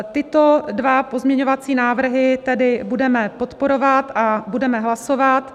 Tyto dva pozměňovací návrhy tedy budeme podporovat a budeme hlasovat.